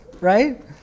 right